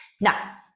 now